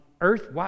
earth